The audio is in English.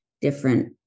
different